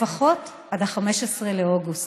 לפחות עד 15 באוגוסט,